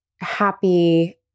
happy